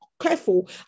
careful